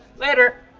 later!